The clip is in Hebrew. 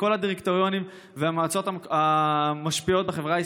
לכל הדירקטוריונים והמועצות המשפיעות בחברה הישראלית.